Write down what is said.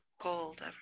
gold